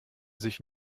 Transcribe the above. sich